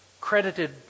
credited